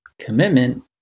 commitment